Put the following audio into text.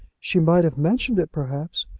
she might have mentioned it, perhaps.